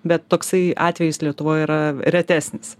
bet toksai atvejis lietuvoj yra retesnis